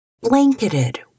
blanketed